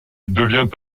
devient